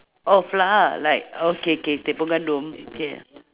oh flour like okay K tepung gandum okay